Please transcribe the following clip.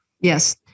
Yes